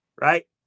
right